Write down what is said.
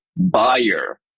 buyer